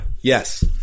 yes